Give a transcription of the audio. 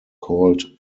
called